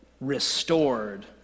restored